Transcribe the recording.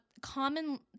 common